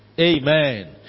Amen